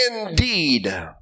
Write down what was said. indeed